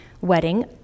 wedding